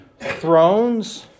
thrones